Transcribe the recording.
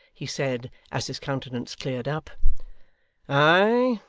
he said, as his countenance cleared up ay, ay,